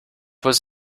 was